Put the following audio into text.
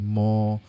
more